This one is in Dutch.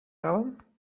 halen